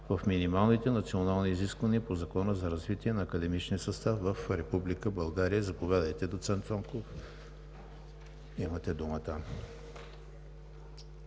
в минималните национални изисквания по Закона за развитие на академичния състав в Република България. Заповядайте, доцент Цонков, имате думата.